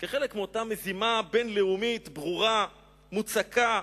כחלק מאותה מזימה בין-לאומית, ברורה, מוצקה,